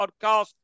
podcast